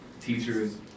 teachers